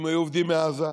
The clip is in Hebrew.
אם היו עובדים מעזה,